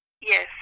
Yes